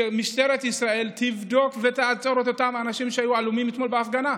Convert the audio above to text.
שמשטרת ישראל תבדוק ותעצור את אותם אנשים שהיו אלימים אתמול בהפגנה,